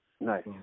Nice